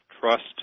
trust